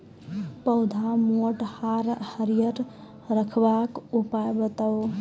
पौधा मोट आर हरियर रखबाक उपाय बताऊ?